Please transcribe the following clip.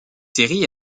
série